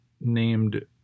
named